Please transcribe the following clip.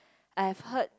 I've heard